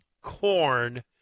corn